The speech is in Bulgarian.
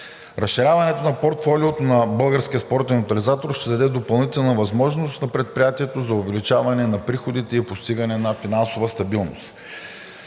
Разширяването на портфолиото на Българския спортен тотализатор ще даде допълнителна възможност на предприятието за увеличаване на приходите и постигане на финансова стабилност.